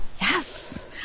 yes